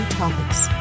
topics